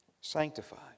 sanctified